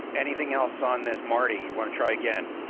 um anything else on this marty, you want to try again.